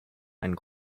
einem